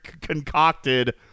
concocted